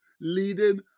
leading